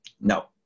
No